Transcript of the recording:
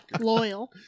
loyal